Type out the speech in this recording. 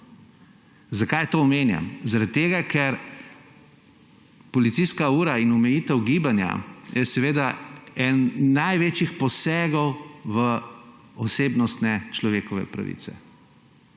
Zakaj to omenjam? Zaradi tega, ker je policijska ura in omejitev gibanja eden od največjih posegov v osebnostne človekove pravice.